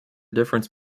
difference